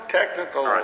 technical